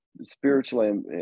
spiritually